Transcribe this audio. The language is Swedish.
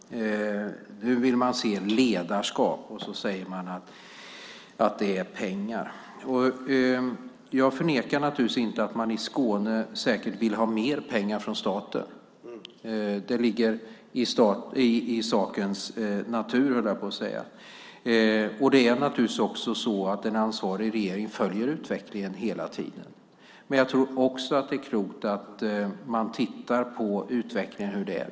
Nu vill man se ledarskap, och så säger man att det är pengar. Jag förnekar naturligtvis inte att man i Skåne säkert vill ha mer pengar från staten. Det ligger i sakens natur, höll jag på att säga. Det är naturligtvis också så att en ansvarig regering följer utvecklingen hela tiden, och jag tror att det är klokt att titta på utvecklingen.